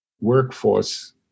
workforce